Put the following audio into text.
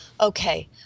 Okay